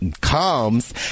comes